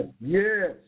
yes